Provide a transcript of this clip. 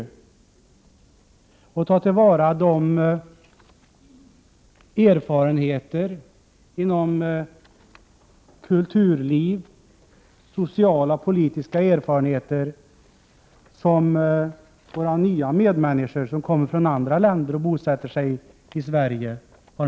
Den måste ta till vara de erfarenheter som har gjorts när — 26 april 1989 det gäller kulturlivet samt de sociala och politiska erfarenheter som våra nya medmänniskor har gjort. Jag tänker då på dem som har kommit från andra länder och bosatt sig här i Sverige.